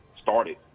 started